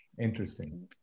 interesting